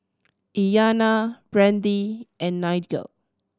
Iyanna Brandee and Nigel